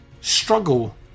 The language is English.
struggle